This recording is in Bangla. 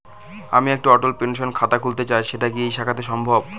আমি একটি অটল পেনশন খাতা খুলতে চাই সেটা কি এই শাখাতে সম্ভব?